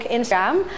Instagram